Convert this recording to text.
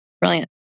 Brilliant